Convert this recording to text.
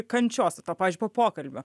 kančios pavyzdžiui po pokalbio